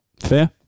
Fair